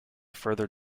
further